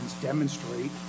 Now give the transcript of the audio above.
demonstrate